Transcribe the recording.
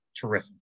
terrific